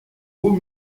beau